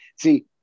see